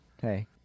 hey